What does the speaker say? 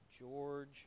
George